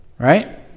Right